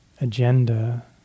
agenda